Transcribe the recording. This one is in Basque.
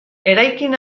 eraikin